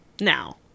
now